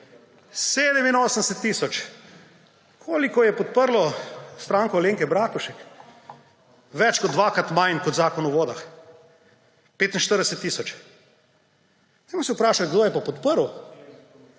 87 tisoč! Koliko je podprlo Stranko Alenke Bratušek? Več kot dvakrat manj kot Zakon o vodah, 45 tisoč. Vprašajmo se, kdo je pa podprl.